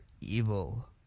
evil